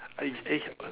I eh